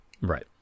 right